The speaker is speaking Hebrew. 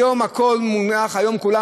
היום הכול מוגש,